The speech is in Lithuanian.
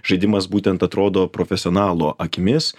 žaidimas būtent atrodo profesionalo akimis